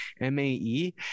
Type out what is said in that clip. m-a-e